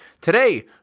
Today